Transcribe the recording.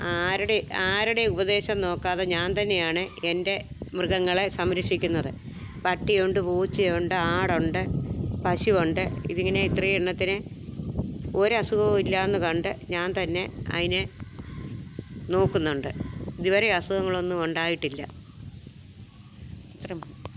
ആരുടെ ആരുടെും ഉപദേശം നോക്കാതെ ഞാൻ തന്നെയാണ് എന്റെ മൃഗങ്ങളെ സംരക്ഷിക്കുന്നത് പട്ടിയുണ്ട് പൂച്ചയുണ്ട് ആടുണ്ട് പശു ഉണ്ട് ഇതിങ്ങനെ ഇത്രേ എണ്ണത്തിനെ ഒരു അസുഖവും ഇല്ലാന്ന് കണ്ട് ഞാൻ തന്നെ അതിനെ നോക്കുന്നുണ്ട് ഇതുവരെ അസുഖങ്ങളൊന്നുമുണ്ടായിട്ടില്ല ഇത്രയും